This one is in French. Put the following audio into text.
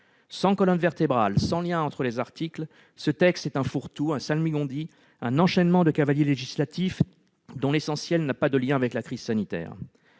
Sans colonne vertébrale, sans lien entre les articles, ce texte est un fourre-tout, un salmigondis, un enchaînement de cavaliers législatifs dont l'essentiel n'a pas de lien avec la crise sanitaire.